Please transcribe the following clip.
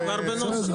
זה כבר בנוסח.